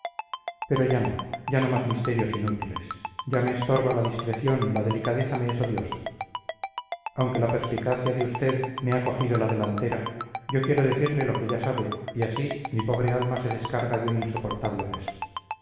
pero ya no ya no más misterios inútiles ya me estorba la discreción la delicadeza me es odiosa aunque la perspicacia de usted me ha cogido la delantera yo quiero decirle lo que ya sabe y así mi pobre alma se descarga de un insoportable peso